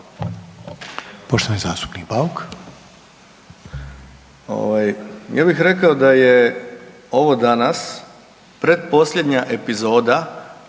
**Bauk, Arsen (SDP)** Ja bih rekao da je ovo danas pretposljednja epizoda,